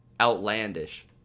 outlandish